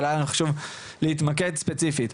אבל היה לנו חשוב להתמקד ספציפית.